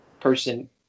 person